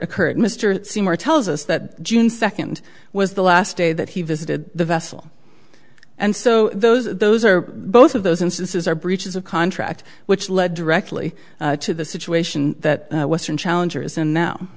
occurred mr seymour tells us that june second was the last day that he visited the vessel and so those those are both of those instances are breaches of contract which led directly to the situation that western challenger is in now